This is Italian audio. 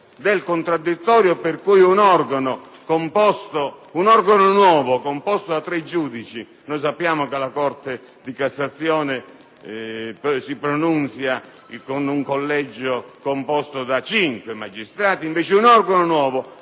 del contraddittorio, per cui un organo nuovo composto da tre giudici (sappiamo che la Corte di cassazione si pronunzia con un collegio composto da cinque magistrati) può decidere